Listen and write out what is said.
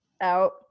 out